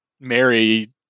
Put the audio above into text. Mary